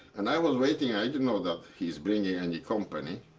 and i was waiting. i didn't know that he is bringing any company.